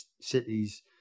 cities